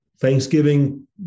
Thanksgiving